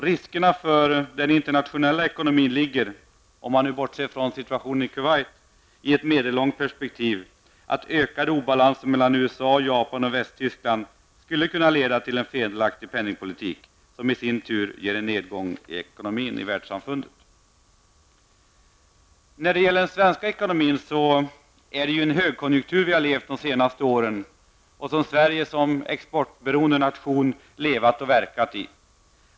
Riskerna för den internationella ekonomin ligger -- om man bortser från situationen i Kuwait -- i ett medellångt perspektiv i att ökade obalanser mellan USA, Japan och Västtyskland skulle kunna leda till en felaktig penningpolitik, som i sin tur medför en ekonomisk nedgång i världssamfunden. När det gäller den svenska ekonomin är det i en högkonjunktur som Sverige, som exportberoende nation, de senaste åren har levat och verkat i.